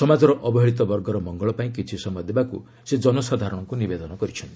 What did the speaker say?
ସମାଜର ଅବହେଳିତ ବର୍ଗର ମଙ୍ଗଳ ପାଇଁ କିଛି ସମୟ ଦେବାକୁ ସେ ଜନସାଧାରଣଙ୍କୁ ନିବେଦନ କରିଛନ୍ତି